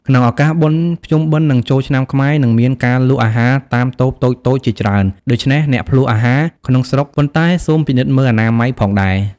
ក្នុងឱកាសបុណ្យភ្ជុំបិណ្ឌ និងចូលឆ្នាំខ្មែរ នឹងមានការលក់អាហារតាមតូបតូចៗជាច្រើន ដូច្នេះអ្នកភ្លក់អាហារក្នុងស្រុក ប៉ុន្តែសូមពិនិត្យមើលអនាម័យផងដែរ។